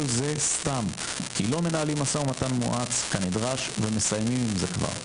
זה סתם כי לא מנהלים משא ומתן מואץ כנדרש ומסיימים עם זה כבר."